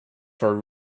for